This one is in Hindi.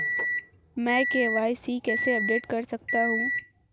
मैं के.वाई.सी कैसे अपडेट कर सकता हूं?